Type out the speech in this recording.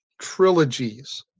trilogies